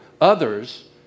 others